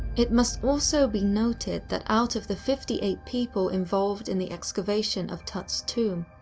it must also be noted that out of the fifty eight people involved in the excavation of tut's tomb,